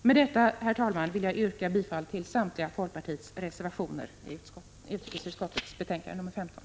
Med detta, herr talman, yrkar jag bifall till samtliga folkpartireservationer i utrikesutskottets betänkande 15.